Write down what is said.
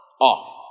off